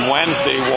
Wednesday